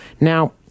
Now